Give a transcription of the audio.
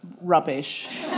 rubbish